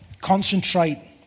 concentrate